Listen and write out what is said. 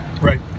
Right